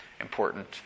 important